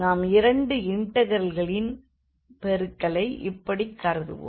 நாம் இரண்டு இண்டெக்ரல்களின் பெருக்கலை இப்படிக் கருதுவோம்